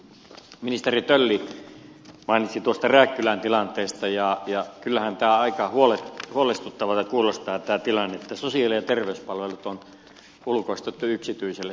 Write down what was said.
ministeri tölli mainitsi tuosta rääkkylän tilanteesta ja kyllähän tämä tilanne aika huolestuttavalta kuulostaa että sosiaali ja terveyspalvelut on ulkoistettu yksityiselle